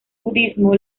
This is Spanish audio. budismo